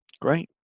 great